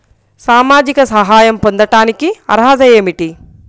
సామాజిక సహాయం పొందటానికి అర్హత ఏమిటి?